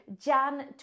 jan